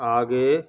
आगे